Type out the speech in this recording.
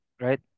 right